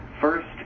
First